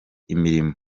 imirimo